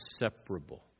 inseparable